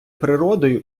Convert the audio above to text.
природою